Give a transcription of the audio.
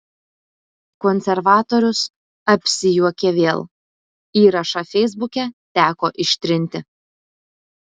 konservatorius apsijuokė vėl įrašą feisbuke teko ištrinti